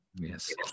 yes